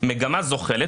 40% בבית המשפט,